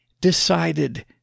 decided